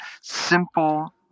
simple